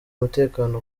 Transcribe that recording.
umutekano